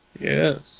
Yes